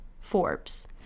Forbes